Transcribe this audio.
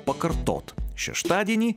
pakartot šeštadienį